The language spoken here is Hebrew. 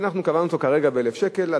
שאנחנו קבענו אותה כרגע ב-1,000 שקל.